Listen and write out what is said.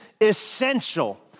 essential